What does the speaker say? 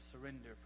surrender